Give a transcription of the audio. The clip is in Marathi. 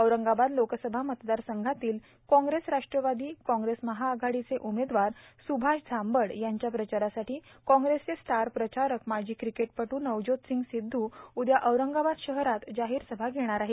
औरंगाबाद लोकसभा मतदारसंघातील काँग्रेस राष्ट्रवादी काँग्रेस महाआघाडीचे उमेदवार सुभाष झांबड यांच्या प्रचारासाठी काँग्रेसचे स्टार प्रचारक माजी क्रिकेटपटू नवज्योत सिंग सिद्धू उद्या औरंगाबाद शहरात जाहीर सभा घेणार आहेत